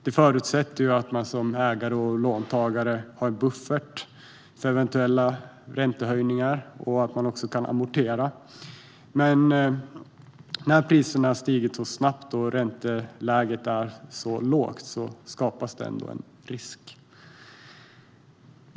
Det förutsätter att man som ägare och låntagare har en buffert för eventuella räntehöjningar och att man kan amortera, men när priserna stiger så snabbt och ränteläget är så lågt skapas ändå en risk.